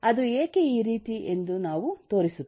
ಅದು ಏಕೆ ಈ ರೀತಿ ಎಂದು ನಾವು ತೋರಿಸುತ್ತೇವೆ